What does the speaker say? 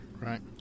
Right